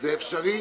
זה אפשרי